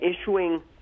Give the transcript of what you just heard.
issuing